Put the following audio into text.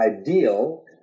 ideal